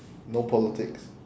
no politics